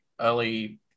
early